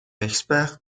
expert